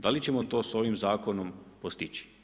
Da li ćemo to sa ovim zakonom postići?